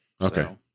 Okay